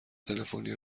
تلفنی